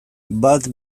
bat